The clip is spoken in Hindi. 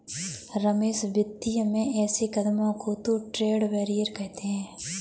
रमेश वित्तीय में ऐसे कदमों को तो ट्रेड बैरियर कहते हैं